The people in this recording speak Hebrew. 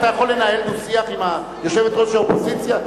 אתה יכול לנהל דו-שיח עם יושבת-ראש האופוזיציה?